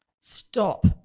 Stop